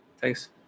thanks